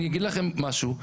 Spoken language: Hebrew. אני אגיד לכם משהו,